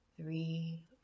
three